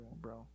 bro